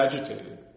agitated